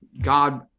god